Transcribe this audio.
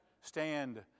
stand